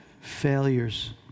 failures